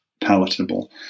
palatable